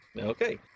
Okay